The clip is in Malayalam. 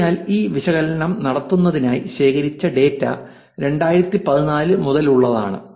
അതിനാൽ ഈ വിശകലനം നടത്തുന്നതിനായി ശേഖരിച്ച ഡാറ്റ 2014 മുതലുള്ളതാണ്